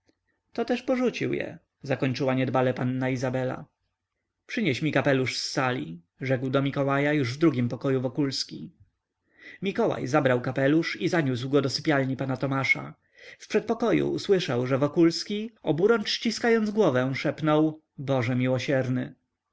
to też porzucił je zakończyła niedbale panna izabela przynieś mi kapelusz z sali rzekł do mikołaja już w drugim pokoju wokulski mikołaj zabrał kapelusz i zaniósł go do sypialni pana tomasza w przedpokoju usłyszał że wokulski oburącz ściskając głowę szepnął boże miłosierny